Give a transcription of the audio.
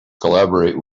collaborate